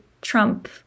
Trump